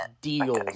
deals